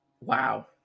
Wow